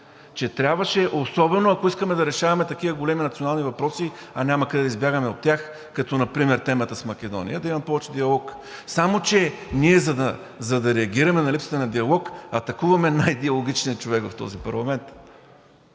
че трябваше особено ако искаме да решаваме такива големи национални въпроси, а няма къде да избягаме от тях, като например темата с Македония – да има повече диалог. Само че ние, за да реагираме на липсата на диалог, атакуваме най-диалогичния човек в този парламент.